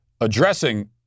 addressing